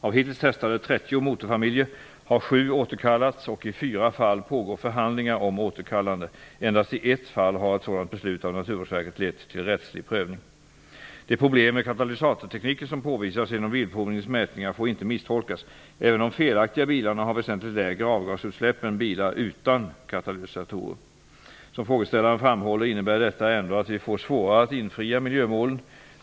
Av hittills testade 30 motorfamiljer har sju återkallats, och i fyra fall pågår förhandlingar om återkallande. Endast i ett fall har ett sådant beslut av Naturvårdsverket lett till rättslig prövning. De problem med katalysatortekniken som har påvisats genom Svensk Bilprovnings mätningar får inte misstolkas. Även de felaktiga bilarna har väsentligt lägre avgasutsläpp än bilar utan katalysatorer. Som frågeställaren framhåller innebär detta ändå att vi får svårare att infria miljömålen.